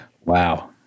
Wow